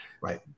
Right